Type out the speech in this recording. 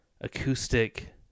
acoustic